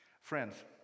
Friends